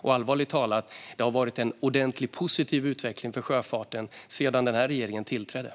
Och allvarligt talat har det sedan den här regeringen tillträdde varit en ordentligt positiv utveckling för sjöfarten.